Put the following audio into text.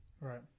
Right